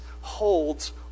holds